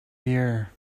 here